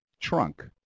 Trunk